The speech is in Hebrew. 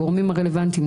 הגורמים הרלוונטיים,